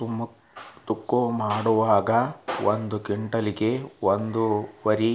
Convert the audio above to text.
ತೂಕಮಾಡುವಾಗ ಒಂದು ಕ್ವಿಂಟಾಲ್ ಗೆ ಒಂದುವರಿ